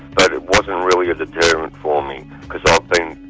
but it wasn't really a deterrent for me because i've been